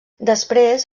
després